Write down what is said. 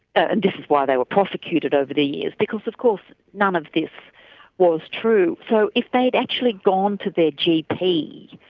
and this is why they were prosecuted over the years because of course none of this was true. so if they had actually gone to their gp,